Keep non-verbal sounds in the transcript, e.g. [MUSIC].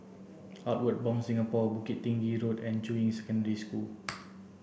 Outward Bound Singapore Bukit Tinggi Road and Juying Secondary School [NOISE]